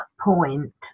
point